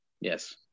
Yes